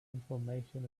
information